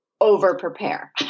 over-prepare